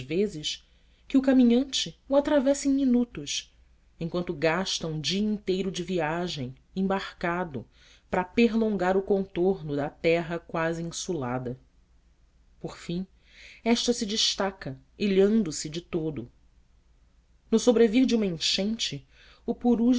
vezes que o caminhante o atravessa em minutos enquanto gasta um dia inteiro de viagem embarcado para perlongar o contorno da terra quase insulada por fim esta se destaca ilhando se de todo no sobrevir de uma enchente o purus